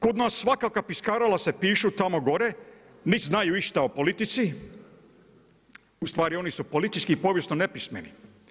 Kod nas svakakva piskarala se pišu tamo gore, nit znaju išta o politici, ustvari oni su politički i povijesno nepismeni.